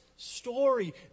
story